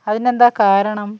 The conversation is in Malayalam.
അതിനെന്താണ് കാരണം